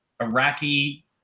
Iraqi